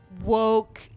woke